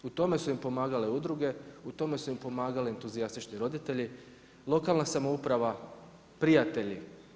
U tome su im pomagale udruge, u tome su im pomagali entuzijastični roditelji, lokalna samouprava, prijatelji.